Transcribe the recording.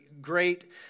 great